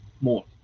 more